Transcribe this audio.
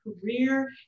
career